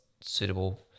suitable